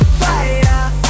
fire